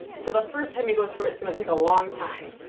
so the first time you go through it's going to take a long time.